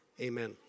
Amen